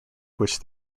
which